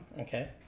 okay